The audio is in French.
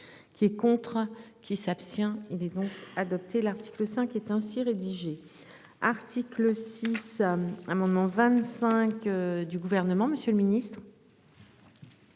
Qui est contre qui s'abstient. Il est donc. Adopté l'article 5 est ainsi rédigé article 6. Amendement 25 du gouvernement, Monsieur le Ministre.